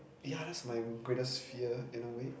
yeah that's my um greatest fear in a way